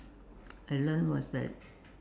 I learnt was that